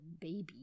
baby